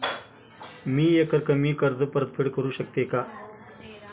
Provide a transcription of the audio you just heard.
मी एकरकमी कर्ज परतफेड करू शकते का?